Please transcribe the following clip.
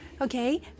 Okay